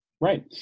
Right